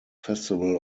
festival